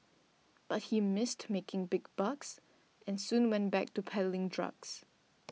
but he missed making big bucks and soon went back to peddling drugs